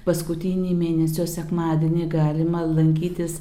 paskutinį mėnesio sekmadienį galima lankytis